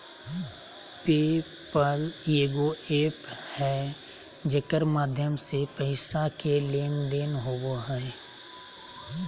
पे पल एगो एप्प है जेकर माध्यम से पैसा के लेन देन होवो हय